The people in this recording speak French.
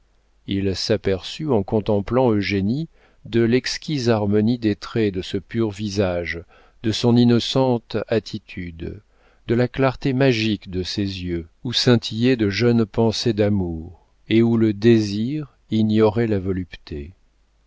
il s'aperçut en contemplant eugénie de l'exquise harmonie des traits de ce pur visage de son innocente attitude de la clarté magique de ses yeux où scintillaient de jeunes pensées d'amour et où le désir ignorait la volupté